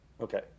Okay